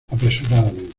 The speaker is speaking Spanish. apresuradamente